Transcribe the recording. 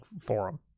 forum